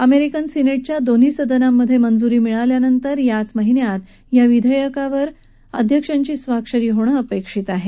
American सिनेटच्या दोन्ही सदनांमध्ये मंजुरी मिळाल्यानंतर याच महिन्यात या विधेयकावर स्वाक्षरी होणं अपेक्षित आहे